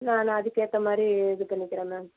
நான் அதுக்கு ஏற்ற மாதிரி இது பண்ணிக்கிறேன் மேம்